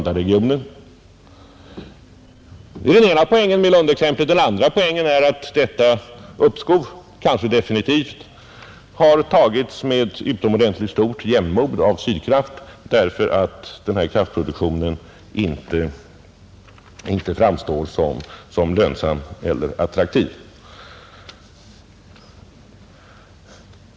Det är den ena poängen med Lundaexemplet. En annan poäng är att detta uppskov — eller kanske definitiva avslag — tagits med utomordentligt stort jämnmod av Sydkraft, därför att denna kraftproduktion inte framstår som lönsam eller attraktiv.